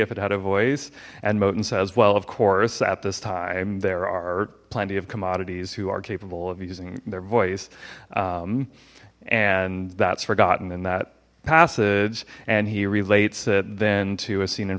if it had a voice and moton says well of course at this time there are plenty of commodities who are capable of using their voice and that's forgotten in that passage and he relates it then to a scene in